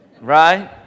Right